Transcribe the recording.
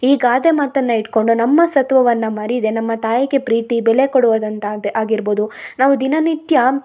ಈ ಗಾದೆ ಮಾತನ್ನ ಇಟ್ಕೊಂಡು ನಮ್ಮ ಸತ್ವವನ್ನ ಮರಿಯದೆ ನಮ್ಮ ತಾಯಿಗೆ ಪ್ರೀತಿ ಬೆಲೆ ಕೊಡುವದ ಅಂತಾಗ್ದೆ ಆಗಿರ್ಬೋದು ನಾವು ದಿನನಿತ್ಯ